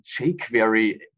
jquery